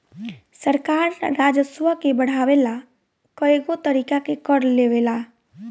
सरकार राजस्व के बढ़ावे ला कएगो तरीका के कर लेवेला